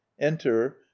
Enter